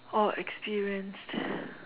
or experienced